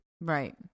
Right